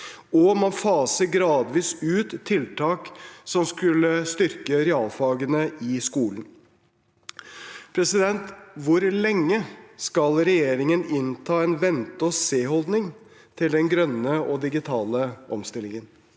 og man faser gradvis ut tiltak som skulle styrke realfagene i skolen. Hvor lenge skal regjeringen innta en vente-og-seholdning til den grønne og digitale omstillingen?